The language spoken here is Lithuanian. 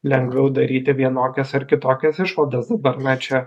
lengviau daryti vienokias ar kitokias išvadas dabar na čia